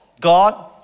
God